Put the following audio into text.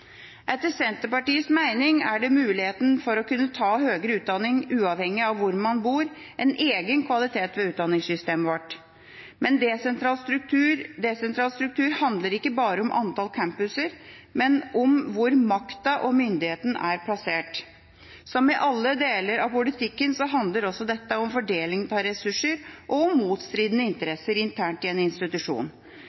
Etter Senterpartiets mening er muligheten for å kunne ta høyere utdanning uavhengig av hvor man bor, en egen kvalitet ved utdanningssystemet vårt. Men desentralisert struktur handler ikke bare om antall campuser, men også om hvor makten og myndigheten er plassert. Som i alle deler av politikken handler også dette om fordeling av ressurser og om motstridende